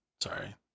sorry